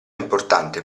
importante